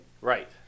right